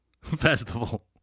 Festival